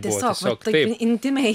tiesiog taip intymiai